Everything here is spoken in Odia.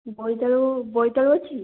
ବୋଇତାଳୁ ବୋଇତାଳୁ ଅଛି